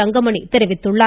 தங்கமணி தெரிவித்துள்ளார்